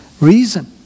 reason